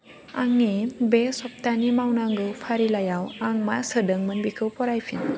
आंनि बे सप्ताहनि मावनांगौ फारिलाइयाव आं मा सोदोंमोन बेखौ फरायफिन